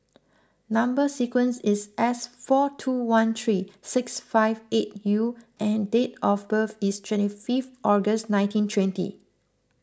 Number Sequence is S four two one three six five eight U and date of birth is twenty fifth August nineteen twenty